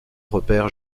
repère